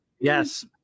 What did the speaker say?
Yes